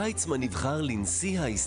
דוח 63/ג ממנו עולה בין היתר כי המיזם להעלאת זכרם